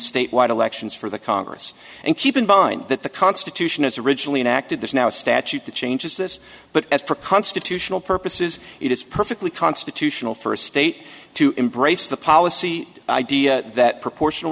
statewide elections for the congress and keep in mind that the constitution as originally acted there's no statute that changes this but as for constitutional purposes it is perfectly constitutional for a state to embrace the policy idea that proportional